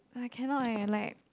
cannot leh like